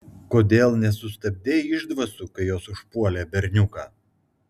kodėl nesustabdei išdvasų kai jos užpuolė berniuką